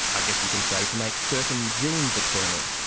i guess you can say, to make certain genes eternal.